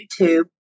YouTube